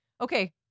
okay